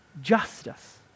justice